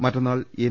മറ്റന്നാൾ എൻ